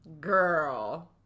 Girl